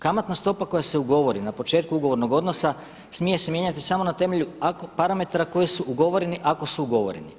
Kamatna stopa koja se ugovori na početku ugovornog odnosa smije se mijenjati samo na temelju parametara koji su ugovoreni ako su ugovoreni.